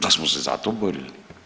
Da smo se zato borili?